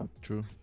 True